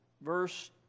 verse